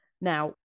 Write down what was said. Now